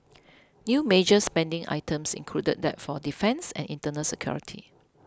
new major spending items included that for defence and internal security